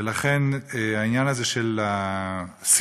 ולכן העניין הזה של הסיוע,